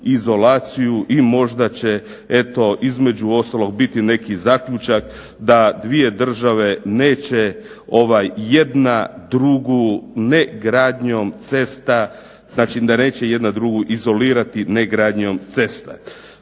izolaciju i možda će eto između ostalog biti neki zaključak da dvije države neće jedna druga negradnjom cesta, znači da neće jedna drugu izolirati negradnjom cesta.